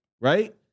Right